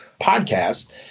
podcast